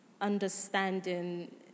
understanding